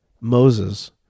Moses